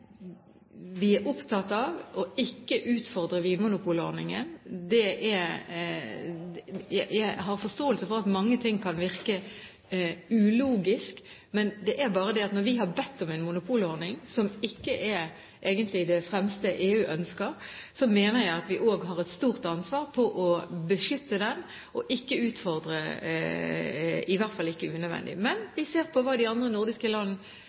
vi er opptatt av å ikke utfordre vinmonopolordningen. Jeg har forståelse for at mange ting kan virke ulogisk, men når vi har bedt om en monopolordning som ikke egentlig er blant EUs fremste ønsker, mener jeg at vi også har et stort ansvar for å beskytte den, og ikke utfordre unødvendig. Vi ser hva de andre nordiske land